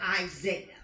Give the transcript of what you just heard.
Isaiah